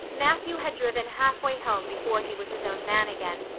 matthew had driven halfway home before he was his own man again.